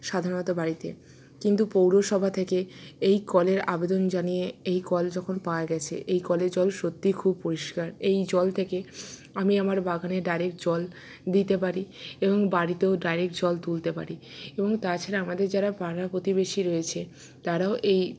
সাধারণত বাড়িতে কিন্তু পৌরসভা থেকে এই কলের আবেদন জানিয়ে এই কল যখন পাওয়া গেছে এই কলের জল সত্যিই খুব পরিষ্কার এই জল থেকে আমি আমার বাগানে ডাইরেক্ট জল দিতে পারি এবং বাড়িতেও ডাইরেক্ট জল তুলতে পারি এবং তাছাড়া আমাদের যারা পাড়া প্রতিবেশী রয়েছে তারাও এই